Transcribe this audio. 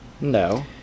No